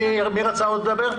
מי עוד רצה לדבר?